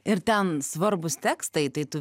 ir ten svarbūs tekstai tai tu